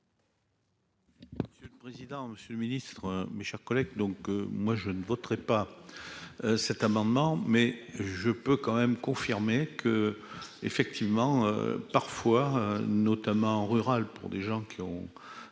Monsieur le président, monsieur le ministre, mes chers collègues, donc moi je ne voterai pas cet amendement mais je peux quand même confirmer que effectivement parfois notamment rurales pour des gens qui ont